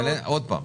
אבל עוד פעם,